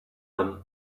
him